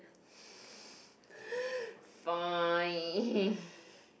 fine